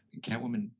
Catwoman